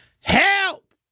help